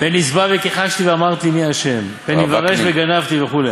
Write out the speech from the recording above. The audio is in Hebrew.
פן אשבע וכיחשתי ואמרתי מי ה' ופן איוורש וגנבתי וכו'.